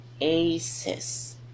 aces